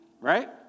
Right